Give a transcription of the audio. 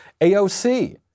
AOC